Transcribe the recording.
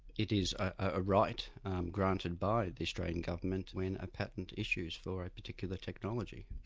it is a right granted by the australian government when a patent issues for a particular technology.